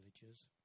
villages